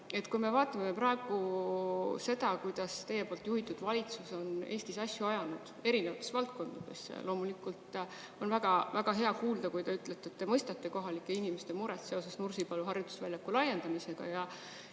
riik. Vaatame praegu seda, kuidas teie juhitud valitsus on Eestis asju ajanud erinevates valdkondades. Loomulikult on väga hea kuulda, kui te ütlete, et te mõistate kohalike inimeste muret seoses Nursipalu harjutusväljaku laiendamisega,